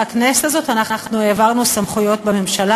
הכנסת הזאת העברנו סמכויות בממשלה,